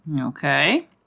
Okay